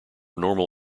normal